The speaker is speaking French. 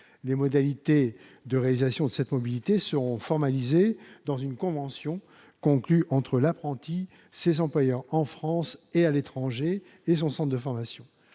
Les modalités de réalisation de cette mobilité seront formalisées dans une convention conclue entre l'apprenti, ses employeurs en France et à l'étranger, et son centre de formation.